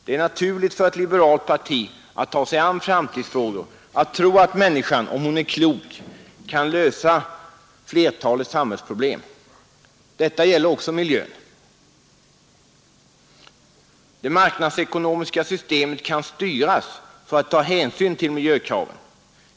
Det är naturligt för ett liberalt parti att ta sig an framtidsfrågor, att tro att människan — om hon är förnuftig — kan lösa flertalet samhällsproblem. Detta gäller också miljön. Det marknadsekonomiska systemet kan styras så att det tar hänsyn till miljökraven.